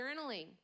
journaling